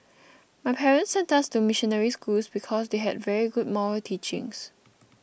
my parents sent us to missionary schools because they had very good moral teachings